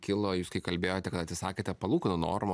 kilo jūs kai kalbėjote kad atsisakėte palūkanų normų